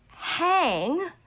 hang